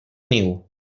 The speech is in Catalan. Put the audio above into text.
niu